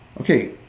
okay